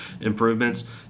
improvements